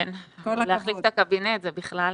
כן, להחליף את הקבינט, זה בכלל